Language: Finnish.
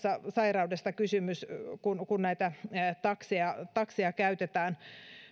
sairauksista kun näitä takseja takseja käytetään